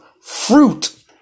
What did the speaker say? fruit